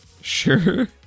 Sure